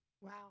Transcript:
Wow